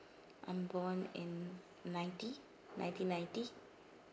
I'm born in ninety nineteen ninety